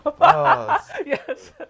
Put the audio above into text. Yes